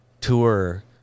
tour